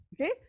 Okay